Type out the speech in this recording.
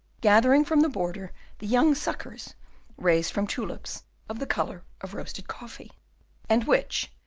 gathering from the border the young suckers raised from tulips of the colour of roasted coffee and which,